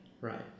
Right